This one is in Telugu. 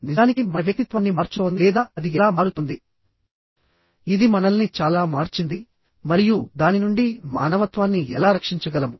నిజానికి మన వ్యక్తిత్వాన్ని మార్చుతోంది లేదా అది ఎలా మారుతోంది ఇది మనల్ని చాలా మార్చింది మరియు దాని నుండి మానవత్వాన్ని ఎలా రక్షించగలము